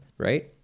Right